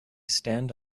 stand